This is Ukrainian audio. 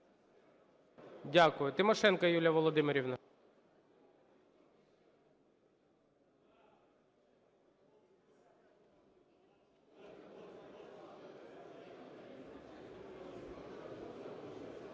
Дякую. Тимошенко Юлія Володимирівна.